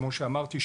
כמו שאמרתי,